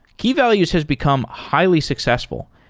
key values has become highly successful,